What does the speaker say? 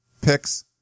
picks